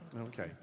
Okay